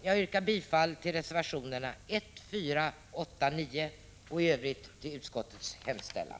Jag yrkar bifall till reservationerna 1, 4, 8 och 9 och i övrigt till utskottets hemställan.